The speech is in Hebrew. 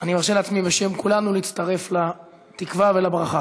אני מרשה לעצמי בשם כולנו להצטרף לתקווה ולברכה.